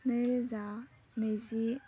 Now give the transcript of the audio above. नै रोजा नैजि